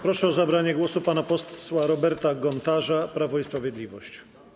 Proszę o zabranie głosu pana posła Roberta Gontarza, Prawo i Sprawiedliwość.